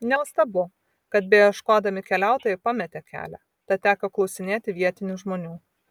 nenuostabu kad beieškodami keliautojai pametė kelią tad teko klausinėti vietinių žmonių